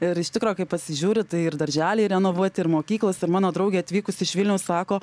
ir iš tikro kai pasižiūri tai ir darželiai renovuoti ir mokyklos ir mano draugė atvykus iš vilniaus sako